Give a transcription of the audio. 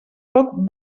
poc